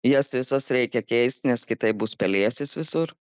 jas visas reikia keist nes kitaip bus pelėsis visur